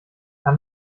kann